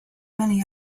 many